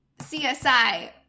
CSI